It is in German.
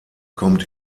kommt